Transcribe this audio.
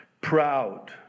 proud